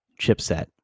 chipset